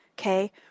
okay